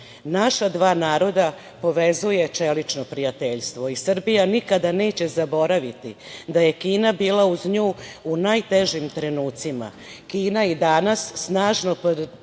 dva naroda povezuje čelično prijateljstvo i Srbija nikada neće zaboraviti da je Kina bila uz nju u najtežim trenucima. Kina i danas snažno podržava